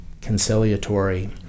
conciliatory